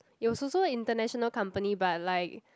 it was also international company but like